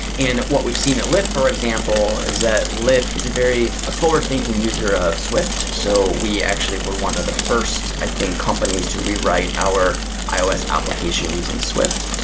what we've seen at lyft, for example, is that lyft is a very forward-thinking user of swift. so, we actually were one of the first, i think, companies to rewrite our ios application using swift.